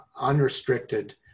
unrestricted